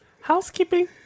Housekeeping